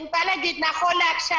נכון לעכשיו,